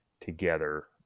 together